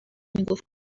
میگفت